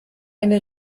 eine